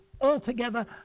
altogether